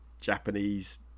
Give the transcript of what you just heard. Japanese